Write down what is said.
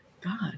God